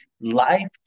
life